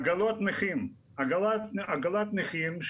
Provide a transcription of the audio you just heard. עד כמה חלק מהנוכחים פה בדיונים,